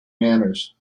manners